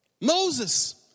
Moses